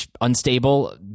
unstable